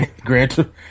Granted